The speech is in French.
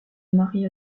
maria